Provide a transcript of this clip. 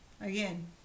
again